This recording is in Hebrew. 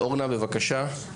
אורנה, בבקשה.